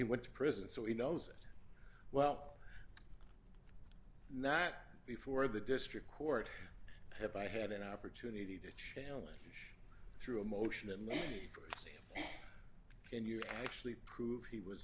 went to prison so he knows it well not before the district court have i had an opportunity to challenge through a motion that many can you actually prove he was